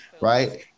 right